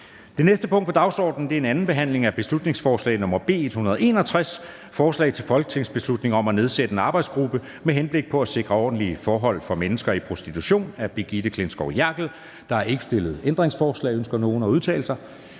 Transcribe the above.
Det næste punkt på dagsordenen er: 62) 2. (sidste) behandling af beslutningsforslag nr. B 161: Forslag til folketingsbeslutning om at nedsætte en arbejdsgruppe med henblik på at sikre ordentlige forhold for mennesker i prostitution. Af Brigitte Klintskov Jerkel (KF) m.fl. (Fremsættelse